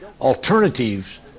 alternatives